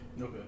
Okay